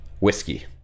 whiskey